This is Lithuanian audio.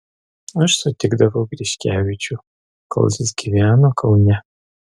aš sutikdavau griškevičių kol jis gyveno kaune